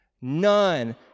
none